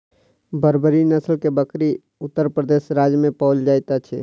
बर्बरी नस्ल के बकरी उत्तर प्रदेश राज्य में पाओल जाइत अछि